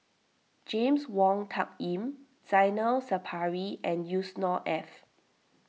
James Wong Tuck Yim Zainal Sapari and Yusnor Ef